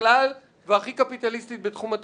בכלל והכי קפיטליסטית בתחום התרבות,